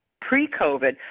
pre-COVID